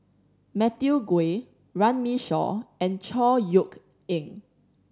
Matthew Ngui Runme Shaw and Chor Yeok Eng